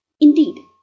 Indeed